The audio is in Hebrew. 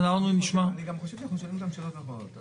אני גם חושב שאנחנו שואלים אותם שאלות לא נכונות.